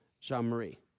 Jean-Marie